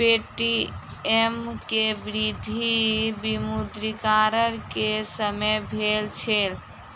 Paytm के वृद्धि विमुद्रीकरण के समय भेल छल